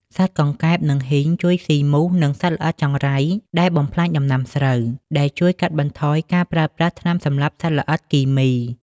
សត្វកង្កែប និងហ៊ីង ជួយស៊ីមូស និងសត្វល្អិតចង្រៃដែលបំផ្លាញដំណាំស្រូវ ដែលជួយកាត់បន្ថយការប្រើប្រាស់ថ្នាំសម្លាប់សត្វល្អិតគីមី។